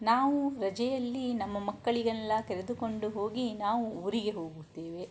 ನಾವು ರಜೆಯಲ್ಲಿ ನಮ್ಮ ಮಕ್ಕಳಿಗೆಲ್ಲ ಕರೆದುಕೊಂಡು ಹೋಗಿ ನಾವು ಊರಿಗೆ ಹೋಗುತ್ತೇವೆ